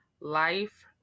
life